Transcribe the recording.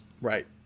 Right